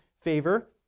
favor